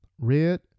Red